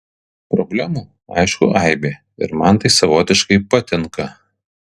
problemų aišku aibė ir man tai savotiškai patinka